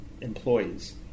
employees